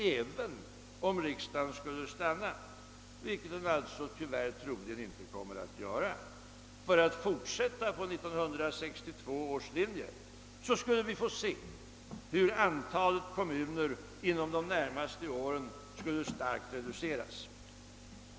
Även om riksdagen skulle stanna — vilket den alltså tyvärr troligen inte kommer att göra — för att fortsätta på 1962 års linje, skulle vi få se hur antalet kommuner under de närmaste åren skulle starkt reduceras.